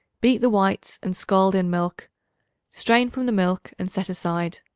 beat the whites and scald in milk strain from the milk, and set aside.